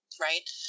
right